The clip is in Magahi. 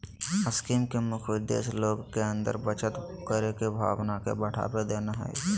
स्कीम के मुख्य उद्देश्य लोग के अंदर बचत करे के भावना के बढ़ावा देना हइ